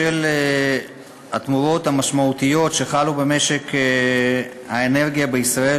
בשל התמורות המשמעותיות שחלו במשק האנרגיה בישראל,